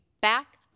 back